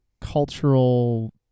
cultural